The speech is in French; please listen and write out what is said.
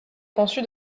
conçu